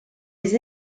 les